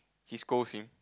he scolds him